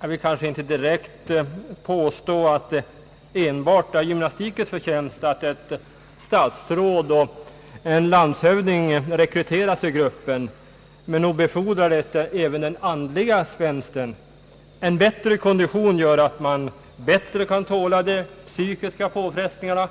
Jag vill kanske inte direkt påstå, att det enbart är gymnastikens förtjänst att ett statsråd och en landshövding har rekryterats ur gruppen, men nog befordrar gymnastiken även den andliga spänsten. En förbättrad kondition gör att man bättre kan tåla de psykiska påfrestningarna